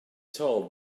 told